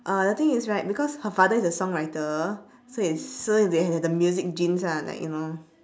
uh the thing is right because her father is a song writer so it's so they have the music genes ah like you know